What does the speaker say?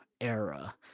era